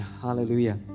Hallelujah